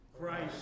Christ